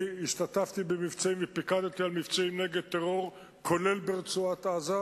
אני השתתפתי במבצעים ופיקדתי על מבצעים נגד טרור כולל ברצועת-עזה,